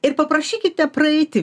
ir paprašykite praeiti